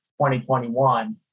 2021